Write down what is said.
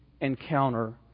encounter